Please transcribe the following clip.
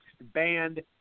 banned